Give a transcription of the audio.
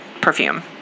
perfume